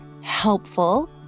helpful